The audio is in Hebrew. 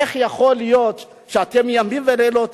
איך יכול להיות שאתם ימים ולילות